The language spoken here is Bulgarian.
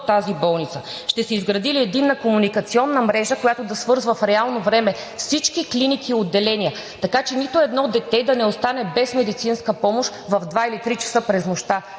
тази болница, ще се изгради ли единна комуникационна мрежа, която да свързва в реално време всички клиники и отделения, така че нито едно дете да не остане без медицинска помощ в два или три часа през нощта,